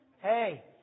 Hey